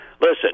Listen